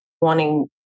wanting